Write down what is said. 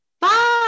Bye